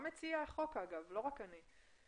גם מציע החוק לא רק אני,